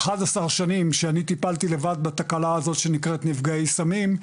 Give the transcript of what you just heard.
11 שנים שאני טיפלתי לבד בתקלה הזאת שנקראת נפגעי סמים,